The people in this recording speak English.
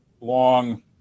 long